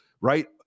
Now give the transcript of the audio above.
right